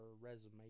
resume